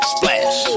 Splash